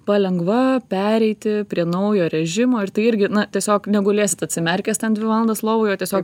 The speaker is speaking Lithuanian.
palengva pereiti prie naujo režimo ir tai irgi na tiesiog negulėsit atsimerkęs ten dvi valandas lovoj o tiesiog